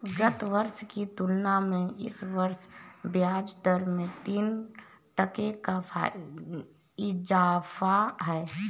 गत वर्ष की तुलना में इस वर्ष ब्याजदर में तीन टके का इजाफा है